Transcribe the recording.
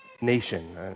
nation